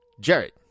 Jared